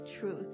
truth